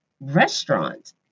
restaurant